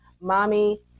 mommy